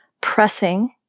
pressing